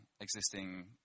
existing